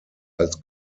als